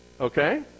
Okay